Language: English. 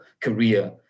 career